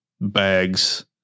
bags